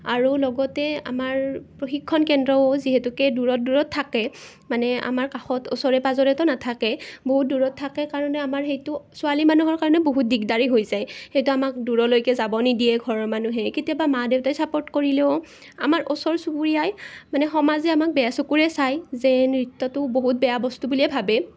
আৰু লগতে আমাৰ প্ৰশিক্ষণ কেন্দ্ৰও যিহেতুকে দূৰত দূৰত থাকে মানে আমাৰ কাষত ওচৰে পাঁজৰেতো নাথাকে বহুত দূৰত থাকে কাৰণে আমাৰ সেইটো ছোৱালী মানুহৰ কাৰণে বহুত দিগদাৰী হৈ যায় সেইটো আমাক দূৰলৈকে যাব নিদিয়ে ঘৰৰ মানুহে কেতিয়াবা মা দেউতাই ছাপোৰ্ট কৰিলেও আমাৰ ওচৰ চুবুৰীয়াই মানে সমাজে আমাক বেয়া চকুৰে চায় যে নৃত্যটো বহুত বেয়া বস্তু বুলিয়েই ভাবে